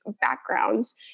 backgrounds